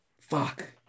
Fuck